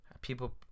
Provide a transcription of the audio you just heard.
people